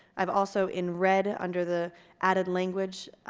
i've also in red, under the added language